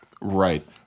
Right